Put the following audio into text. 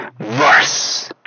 verse